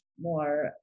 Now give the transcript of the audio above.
more